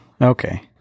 okay